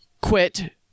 quit